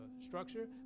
structure